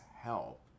help